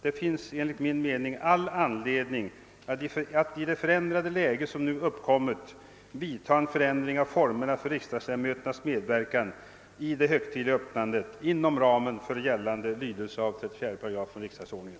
Det finns enligt min mening all anledning att i det förändrade läge som nu har uppkommit införa en annan ordning beträffande formerna för riksdagsledamöternas medverkan i det högtidliga öppnandet inom ramen för gällande lydelse av 34 § riksdagsordningen.